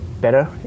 better